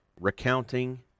recounting